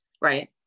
right